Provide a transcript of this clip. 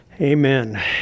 amen